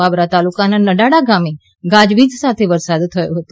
બાબરા તાલુકાના નડાળા ગામે વિજળી ના ગાજવીજ સાથે વરસાદ થયો હતો